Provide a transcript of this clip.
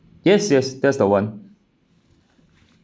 yes yes that's the one